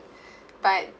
but